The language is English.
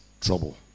trouble